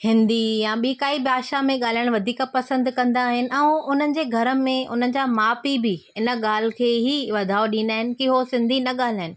हिंदी या ॿी काई भाषा में ॻाल्हाइणु वधीक पसंदि कंदा आहिनि ऐं उन्हनि जे घर में उन्हनि जा माउ पीउ बि इन ॻाल्हि खे ई वधाउ ॾींदा आहिनि कि हूअ सिंधी न ॻाल्हाइन